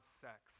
sex